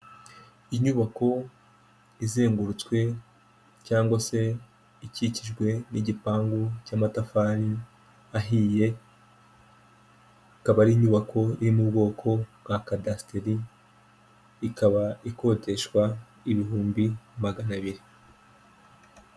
Inyubako izengurutswe cyangwa se ikikijwe n'igipangu cy'amatafari ahiye, akaba ari inyubako iri mu bwoko bwa kadasiteri ikaba ikodeshwa ibihumbi magana abiri.